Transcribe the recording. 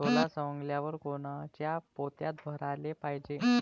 सोला सवंगल्यावर कोनच्या पोत्यात भराले पायजे?